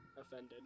offended